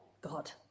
God